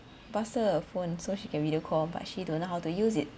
pass a phone so she can video call but she don't know how to use it